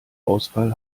ausfall